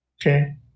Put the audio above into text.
Okay